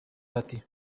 ati